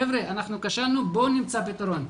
חבר'ה, אנחנו כשלנו, בואו נמצא פתרון.